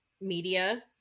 media